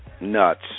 nuts